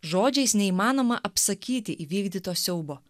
žodžiais neįmanoma apsakyti įvykdyto siaubo